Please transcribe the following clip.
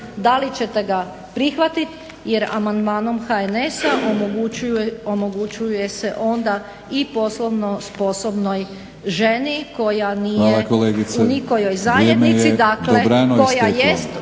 da li ćete ga prihvatiti? Jer amandmanom HNS-a omogućuje se onda i poslovno sposobnoj ženi koja nije u nikojoj zajednici,